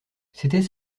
c’était